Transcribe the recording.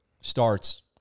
starts